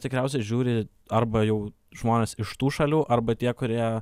tikriausiai žiūri arba jau žmonės iš tų šalių arba tie kurie